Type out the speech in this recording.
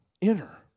inner